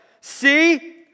see